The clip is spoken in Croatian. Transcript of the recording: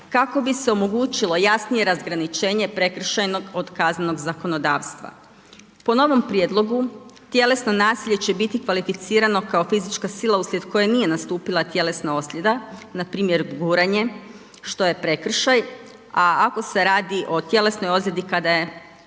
kako bi se omogućilo jasnije razgraničenje prekršajnog od kaznenog zakonodavstva. Po novom prijedlogu tjelesno nasilje će biti kvalificirano kao fizička sila uslijed koje nije nastupila tjelesna ozljeda npr. guranje, što je prekršaj, a ako je nastupila tjelesna ozljeda onda se